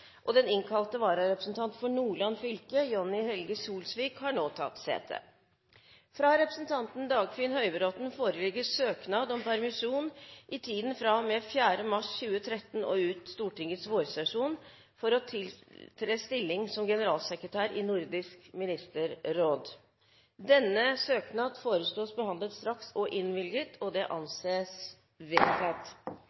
sete. Den innkalte vararepresentanten for Nordland fylke, Jonni Helge Solsvik, har nå tatt sete. Fra representanten Dagfinn Høybråten foreligger søknad om permisjon i tiden fra og med 4. mars 2013 og ut Stortingets vårsesjon for å tiltre stillingen som generalsekretær i Nordisk Ministerråd. Denne søknad foreslås behandlet straks og innvilget. – Det